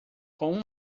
com